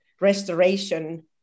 restoration